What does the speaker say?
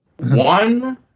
One